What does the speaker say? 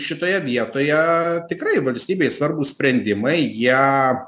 šitoje vietoje tikrai valstybei svarbūs sprendimai jie